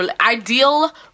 ideal